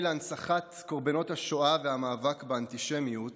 להנצחת קורבנות השואה והמאבק באנטישמיות